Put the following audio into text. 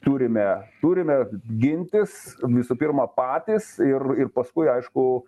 turime turime gintis visų pirma patys ir ir paskui aišku